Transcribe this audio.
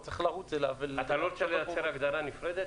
הוא צריך אליו ו- -- באותה קטגוריה הגדרה נפרדת?